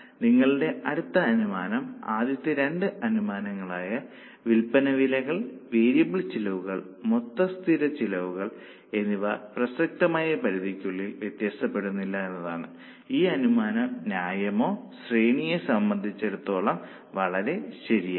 അതിനാൽ നിങ്ങളുടെ അടുത്ത അനുമാനം ആദ്യത്തെ രണ്ട് അനുമാനങ്ങളായ വിൽപ്പന വിലകൾ വേരിയബിൾ ചെലവുകൾ മൊത്തം സ്ഥിരമായ ചിലവ് എന്നിവ പ്രസക്തമായ പരിധിക്കുള്ളിൽ വ്യത്യാസപ്പെടുന്നില്ല എന്നതാണ് ഈ അനുമാനം ന്യായമായ ശ്രേണിയെ സംബന്ധിച്ചിടത്തോളം വളരെ ശരിയാണ്